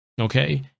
okay